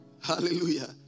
Hallelujah